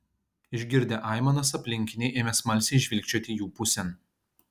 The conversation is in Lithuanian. išgirdę aimanas aplinkiniai ėmė smalsiai žvilgčioti jų pusėn